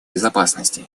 безопасности